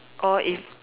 or if